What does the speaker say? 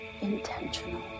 intentional